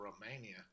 Romania